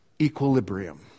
equilibrium